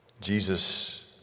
Jesus